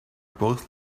both